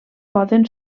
poden